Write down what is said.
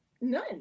None